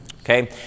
Okay